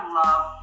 love